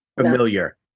familiar